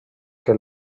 que